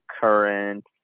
current